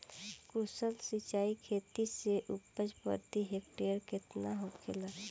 कुशल सिंचाई खेती से उपज प्रति हेक्टेयर केतना होखेला?